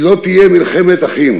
כי לא תהיה מלחמת אחים